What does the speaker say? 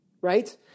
right